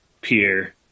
peer